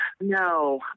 No